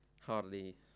Hardly